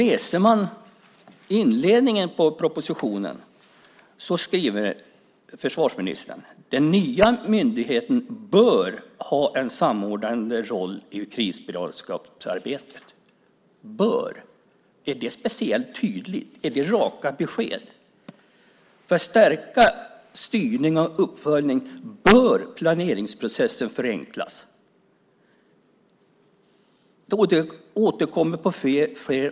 I inledningen till propositionen skriver ministern: "Den nya myndigheten bör ha en samordnande roll i krisberedskapsarbetet." Man använder ordet "bör". Är det speciellt tydligt? Är det raka besked? "För att stärka styrningen och uppföljningen bör planeringsprocessen förenklas", skriver man. Ordet "bör" återkommer på mängder av ställen.